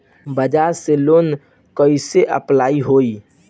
बजाज से लोन कईसे अप्लाई होई?